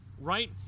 right